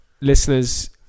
listeners